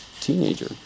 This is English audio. teenager